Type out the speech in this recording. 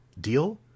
deal